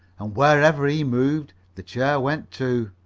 and wherever he moved the chair went too!